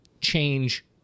change